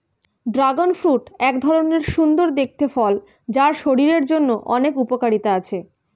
dragon fruit এক ধরণের সুন্দর দেখতে ফল যার শরীরের জন্য অনেক উপকারিতা রয়েছে